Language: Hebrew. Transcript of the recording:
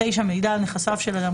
(9)מידע על נכסיו של אדם,